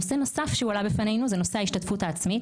נושא נוסף שהועלה בפנינו זה נושא ההשתתפות העצמית.